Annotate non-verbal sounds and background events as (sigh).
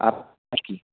आप (unintelligible)